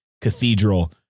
cathedral